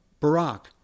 Barack